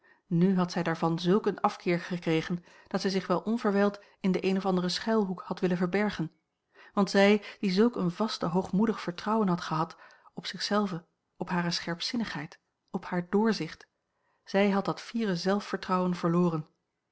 n had zij daarvan zulk een afkeer gekregen dat zij zich wel onverwijld in den een of anderen schuilhoek had willen verbergen want zij die zulk een vasten hoogmoedig vertrouwen had gehad op zich zelve op hare scherpzinnigheid op haar doorzicht zij had dat fiere zelfvertrouwen verloren